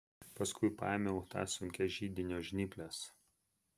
paskui paėmiau tas sunkias židinio žnyples